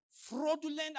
fraudulent